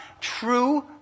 true